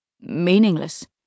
meaningless